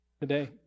today